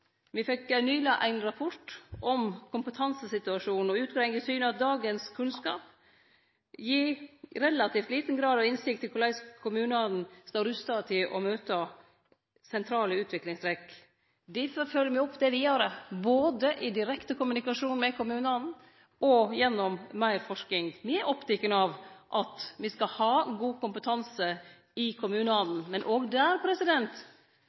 fekk nyleg ein rapport om kompetansesituasjonen, og utgreiinga syner at dagens kunnskap gir relativt liten grad av innsikt i korleis kommunane står rusta til å møte sentrale utviklingstrekk. Difor følgjer me opp det me gjer i direkte kommunikasjon med kommunane og gjennom meir forsking. Me er opptekne av at vi skal ha god kompetanse i kommunane,